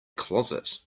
closet